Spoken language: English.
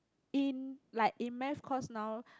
in like in Math course now